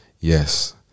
Yes